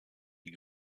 die